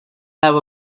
have